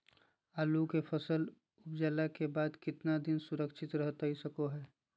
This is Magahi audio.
आलू के फसल उपजला के बाद कितना दिन सुरक्षित रहतई सको हय?